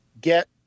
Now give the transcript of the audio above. get